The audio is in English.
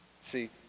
See